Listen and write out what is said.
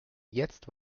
jetzt